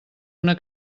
una